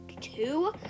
two